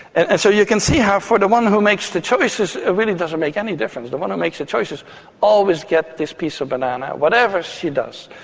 and and so you can see how, for the one who makes the choices, it really doesn't make any difference. the one who makes the choices always gets this piece of banana whatever she does.